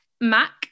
Mac